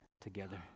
together